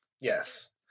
Yes